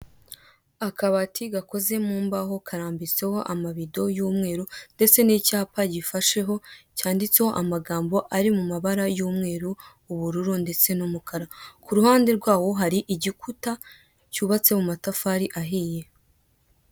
Akabati gakoze mu mbaho karambitse ho amabido y'umweru ndetse n'icyapa gifashe ho cyanditse ho amagambo ari mu mabara y'umweru ubururu, ndetse n'umukara. Ku ruhande rwawo hari igikuta, cyubatse mu matafari ahiye.